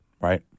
Right